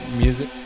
music